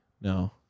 No